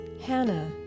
Hannah